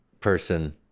person